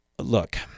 Look